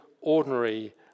ordinary